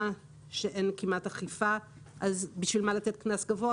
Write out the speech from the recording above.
שאין כמעט אכיפה ולכן לשם מה לתת קנס גבוה.